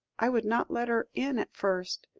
i would not let her in at first.